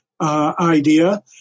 idea